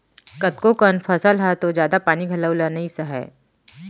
कतको कन फसल ह तो जादा पानी घलौ ल नइ सहय